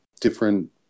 different